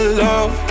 love